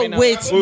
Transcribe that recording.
wait